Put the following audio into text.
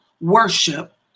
worship